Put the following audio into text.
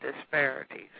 disparities